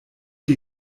dir